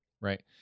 right